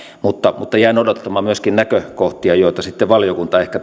mutta mutta jään odottamaan myöskin näkökohtia joita sitten valiokunta ehkä